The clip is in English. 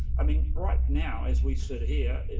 i mean right now, as we sit here,